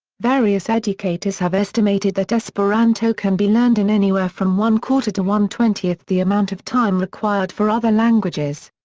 various educators have estimated that esperanto can be learned in anywhere from one quarter to one twentieth the amount of time required for other languages.